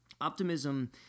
Optimism